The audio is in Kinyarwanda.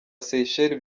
seychelles